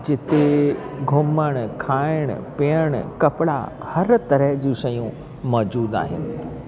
जिते घुमणु खाइणु पीअणु कपिड़ा हर तरह जूं शयूं मौजूदु आहिनि